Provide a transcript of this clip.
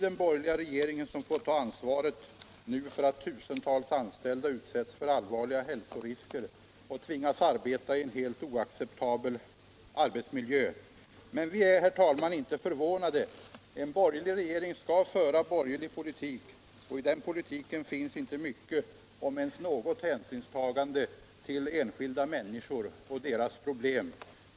Den borgerliga regeringen får nu ta ansvaret för att tusentals anställda kommer att utsättas för allvarliga hälsorisker och tvingas arbeta i en helt oacceptabel miljö. Men vi är, herr talman, inte förvånade över detta. En borgerlig regering för en borgerlig politik, och i den finns inte mycket eller ens något hänsynstagande till enskilda människors problem.